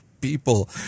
people